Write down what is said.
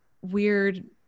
weird